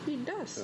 it does